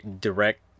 direct